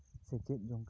ᱥᱮᱪᱮᱫ ᱡᱚᱝ ᱠᱟᱱᱟᱭ